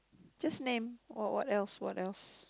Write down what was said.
just name what what else what else